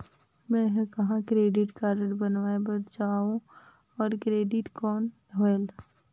मैं ह कहाँ क्रेडिट कारड बनवाय बार जाओ? और क्रेडिट कौन होएल??